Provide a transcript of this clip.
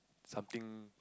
something